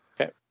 Okay